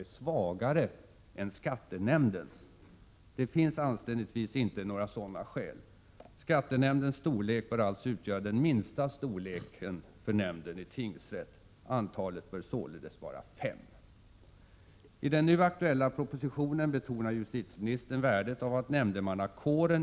Representativiteten blev inte bättre.